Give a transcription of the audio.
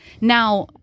Now